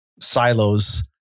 silos